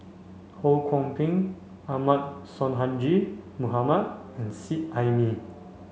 Ho Kwon Ping Ahmad Sonhadji Mohamad and Seet Ai Mee